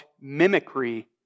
mimicry